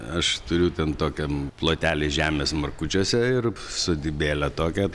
aš turiu ten tokiam plotelį žemės markučiuose ir sodybėlę tokią